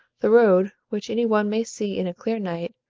the road, which any one may see in a clear night,